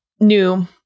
new